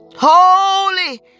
Holy